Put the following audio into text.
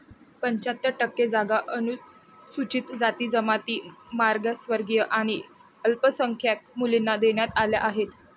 पंच्याहत्तर टक्के जागा अनुसूचित जाती, जमाती, मागासवर्गीय आणि अल्पसंख्याक मुलींना देण्यात आल्या आहेत